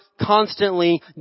constantly